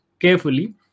carefully